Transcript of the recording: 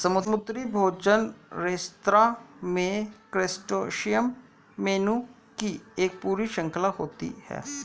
समुद्री भोजन रेस्तरां में क्रस्टेशियन मेनू की एक पूरी श्रृंखला होती है